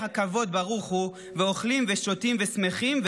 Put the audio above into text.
הכבוד ברוך הוא ואוכלים ושותים ושמחים,